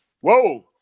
whoa